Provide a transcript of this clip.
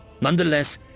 Nonetheless